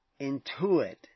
intuit